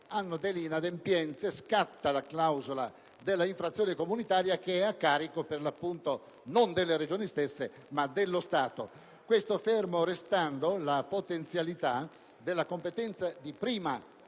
sono inadempienti scatta la clausola dell'infrazione comunitaria, che è a carico, per l'appunto, non delle Regioni ma dello Stato. Ferma restando la potenzialità della competenza di prima